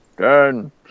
ten